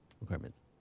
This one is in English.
requirements